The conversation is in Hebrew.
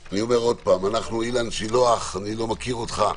שוב, אילן שילוח, איני מכיר אותך.